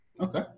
Okay